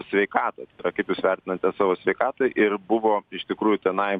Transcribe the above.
sveikatą kaip jūs vertinate savo sveikatą ir buvo iš tikrųjų tenai